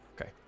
Okay